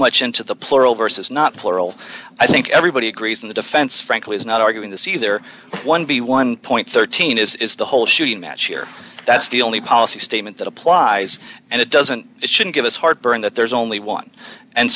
much into the plural versus not plural i think everybody agrees on the defense frankly is not arguing this either one b one point one three is the whole shooting match here that's the only policy statement that applies and it doesn't shouldn't give us heartburn that there's only one and